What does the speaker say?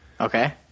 Okay